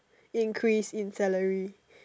increase in salary